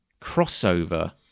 crossover